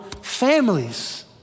families